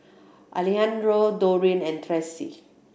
Alejandro Dorene and Tressie